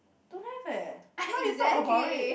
don't have leh now you talk about it